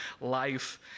life